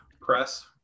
press